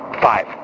Five